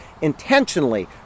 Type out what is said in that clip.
intentionally